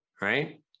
right